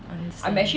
understand